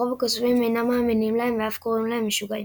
אך רוב הקוסמים אינם מאמינים להם ואף קוראים להם 'משוגעים'.